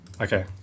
Okay